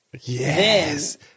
Yes